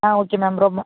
ஆ ஆ okay ma'am ரொம்ப